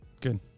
Good